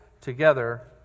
together